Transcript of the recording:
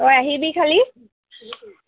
তই আহিবি খালী